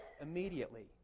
immediately